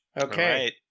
okay